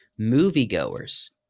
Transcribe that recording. moviegoers